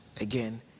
again